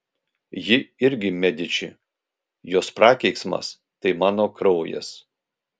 ji irgi mediči jos prakeiksmas tai mano kraujas